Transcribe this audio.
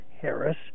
Harris